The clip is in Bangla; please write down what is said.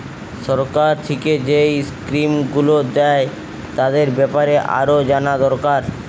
সরকার থিকে যেই স্কিম গুলো দ্যায় তাদের বেপারে আরো জানা দোরকার